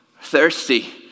thirsty